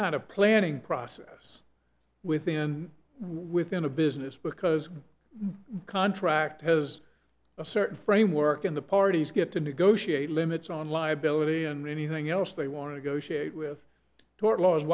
kind of planning process within within a business because the contract has a certain framework in the parties get to negotiate limits on liability and anything else they want to go share it with tort law